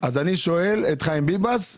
שואל את חיים ביבס,